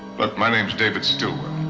but my name is david stillwell.